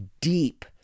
deep